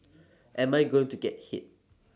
am I going to get hit